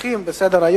הצעת החוק העולה